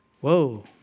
Whoa